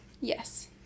Yes